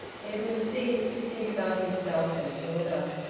edwin ceased to think about himself and hilda.